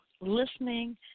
listening